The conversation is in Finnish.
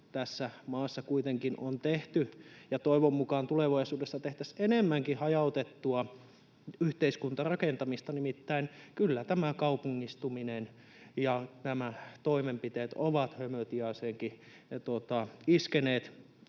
tässä maassa kuitenkin on tehty, ja toivon mukaan tulevaisuudessa tehtäisiin enemmänkin, hajautettua yhteiskuntarakentamista, nimittäin kyllä tämä kaupungistuminen ja nämä toimenpiteet ovat hömötiaiseenkin iskeneet.